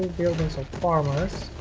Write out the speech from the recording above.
buildings of farmers